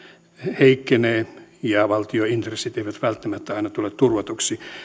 heikkenee ja valtion intressit eivät välttämättä aina tule turvatuiksi